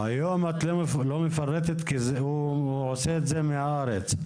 היום את לא מפרטת כי הוא עושה את זה מהארץ.